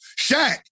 Shaq